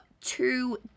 two